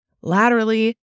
laterally